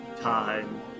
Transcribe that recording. time